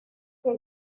que